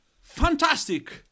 Fantastic